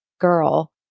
girl